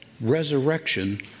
resurrection